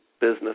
business